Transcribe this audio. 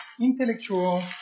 intellectual